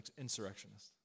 insurrectionist